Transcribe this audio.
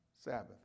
Sabbath